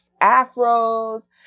afros